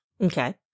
Okay